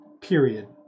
period